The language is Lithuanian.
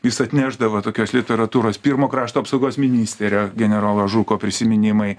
jis atnešdavo tokios literatūros pirmo krašto apsaugos ministerio generolo žuko prisiminimai